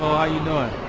are you doing?